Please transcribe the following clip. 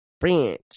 French